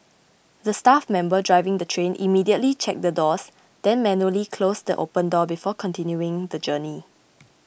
the staff member driving the train immediately checked the doors then manually closed the open door before continuing the journey